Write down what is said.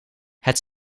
het